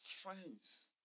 Friends